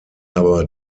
aber